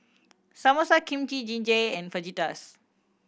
Samosa Kimchi Jjigae and Fajitas